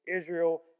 Israel